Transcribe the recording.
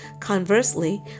Conversely